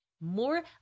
more